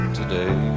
today